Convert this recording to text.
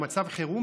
במצב חירום,